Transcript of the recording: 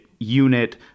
unit